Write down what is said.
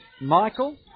Michael